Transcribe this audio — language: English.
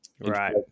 Right